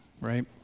right